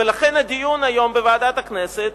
ולכן הדיון בוועדת הכנסת